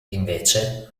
invece